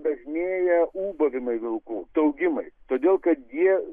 dažnėja ūbavimai vilkų staugimai todėl kad jie